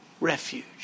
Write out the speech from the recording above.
refuge